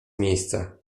miejsca